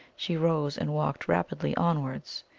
she rose and walked rapidly onwards.